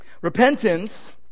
repentance